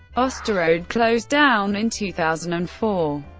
osterode, closed down in two thousand and four.